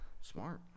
Smart